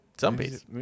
Zombies